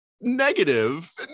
negative